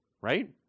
right